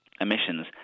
emissions